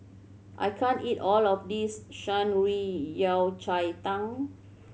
I can't eat all of this Shan Rui Yao Cai Tang